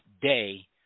day